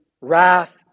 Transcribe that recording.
wrath